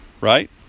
right